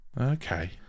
Okay